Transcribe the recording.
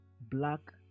black